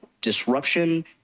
disruption